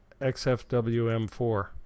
XFWM4